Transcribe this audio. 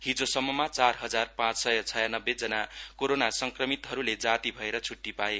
हिजोसम्ममा चार हजार पाँच सय छ्यानब्बे जना कोरोना संक्रमितहरूले जाति भएर छुट्टि पाए